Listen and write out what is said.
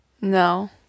No